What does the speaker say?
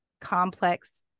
complex